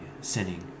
sinning